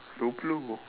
dua puluh